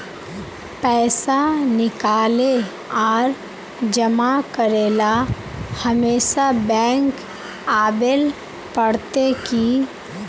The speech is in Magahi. पैसा निकाले आर जमा करेला हमेशा बैंक आबेल पड़ते की?